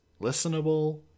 listenable